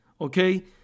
Okay